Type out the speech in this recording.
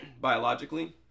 biologically